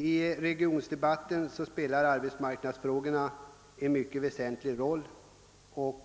I den regionalpolitiska debatten spelar arbetsmarknadsfrågorna en mycket viktig roll;